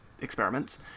experiments